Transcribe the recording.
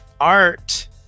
art